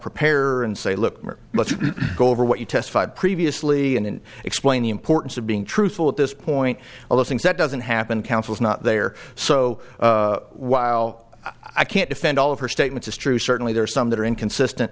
prepare and say look let's go over what you testified previously and explain the importance of being truthful at this point all those things that doesn't happen counsel is not there so while i can't defend all of her statements it's true certainly there are some that are inconsistent